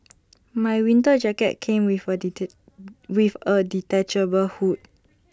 my winter jacket came with A detect with A detachable hood